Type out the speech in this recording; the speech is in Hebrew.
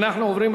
להצביע.